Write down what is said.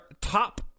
top